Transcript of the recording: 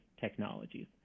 technologies